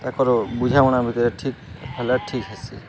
ତାଙ୍କର ବୁଝାମଣା ଭିତରେ ଠିକ୍ ହେଲେ ଠିକ୍ ହେସି